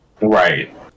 Right